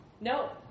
No